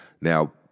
now